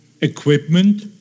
equipment